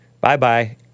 Bye-bye